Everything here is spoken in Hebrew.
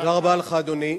תודה רבה לך, אדוני.